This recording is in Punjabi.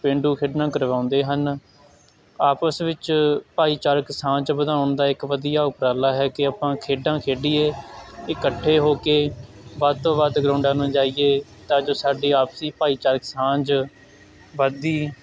ਪੇਂਡੂ ਖੇਡਾਂ ਕਰਵਾਉਂਦੇ ਹਨ ਆਪਸ ਵਿੱਚ ਭਾਈਚਾਰਕ ਸਾਂਝ ਵਧਾਉਣ ਦਾ ਇੱਕ ਵਧੀਆ ਉਪਰਾਲਾ ਹੈ ਕਿ ਆਪਾਂ ਖੇਡਾਂ ਖੇਡੀਏ ਇੱਕਠੇ ਹੋ ਕੇ ਵੱਧ ਤੋਂ ਵੱਧ ਗਰਾਊਡਾਂ ਨੂੰ ਜਾਈਏ ਤਾਂ ਜੋ ਸਾਡੀ ਆਪਸੀ ਭਾਈਚਾਰਕ ਸਾਂਝ ਵੱਧਦੀ